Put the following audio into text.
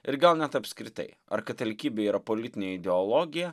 ir gal net apskritai ar katalikybė yra politinė ideologija